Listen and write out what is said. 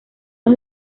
los